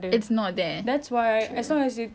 that whatever my thought is it's wrong